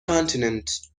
continent